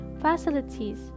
facilities